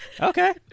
Okay